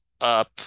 up